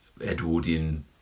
Edwardian